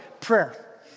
prayer